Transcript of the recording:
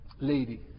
lady